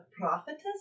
prophetess